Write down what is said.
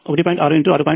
25 ఆంపియర్లను ఇస్తుంది